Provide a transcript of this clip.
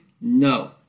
No